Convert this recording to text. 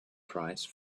price